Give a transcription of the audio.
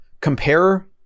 compare